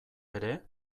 ere